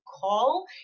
call